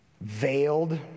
veiled